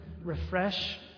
refresh